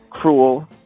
Cruel